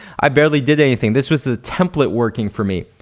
i barely did anything. this was the template working for me.